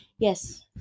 Yes